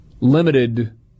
limited